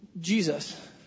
Jesus